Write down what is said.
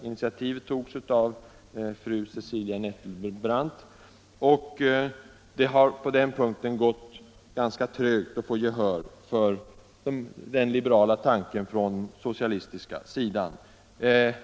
Initiativet togs av Cecilia Nettelbrandt, men det har gått ganska trögt att få gehör på den socialistiska sidan för denna liberala tanke.